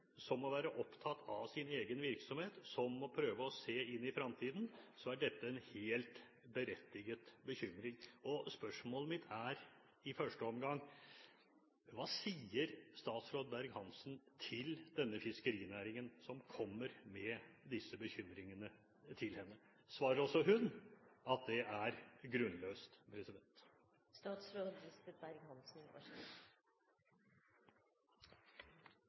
som må være opptatt av sin egen virksomhet, som må prøve å se inn i fremtiden, er dette en helt berettiget bekymring. Spørsmålet mitt er i første omgang: Hva sier statsråd Berg-Hansen til fiskerinæringen, som kommer med disse bekymringene til henne? Svarer også hun at bekymringene er